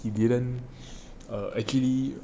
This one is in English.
he didn't err actually